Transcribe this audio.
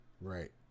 Right